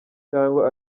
cyangwa